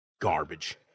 garbage